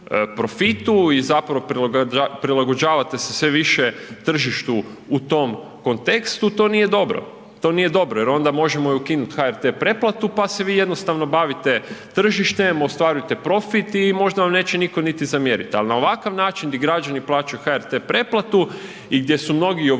i zapravo prilagođavate se sve više tržištu u tom kontekstu, to nije dobro, to nije dobro, jer onda možemo i ukinuti HRT pretplatu, pa se vi jednostavno bavite tržištem, ostvarujte profit i možda vam neće nitko niti zamjeriti, ali na ovakav način di građani plaćaju HRT pretplatu, i gdje su mnogi i